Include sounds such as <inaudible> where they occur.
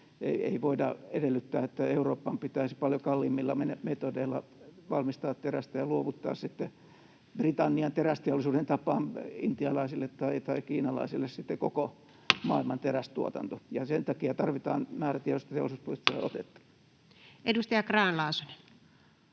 Ei voida edellyttää, että Euroopan pitäisi paljon kalliimmilla metodeilla valmistaa terästä ja luovuttaa sitten Britannian terästeollisuuden tapaan intialaisille tai kiinalaisille <noise> koko maailman terästuotanto. Sen takia tarvitaan määrätietoista teollisuuspoliittista otetta. [Speech 59] Speaker: